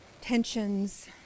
tensions